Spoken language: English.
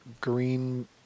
Green